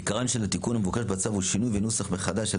עיקרו של התיקון המבוקש בצו הוא שינוי וניסוח מחדש של